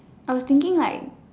I was thinking like